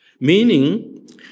Meaning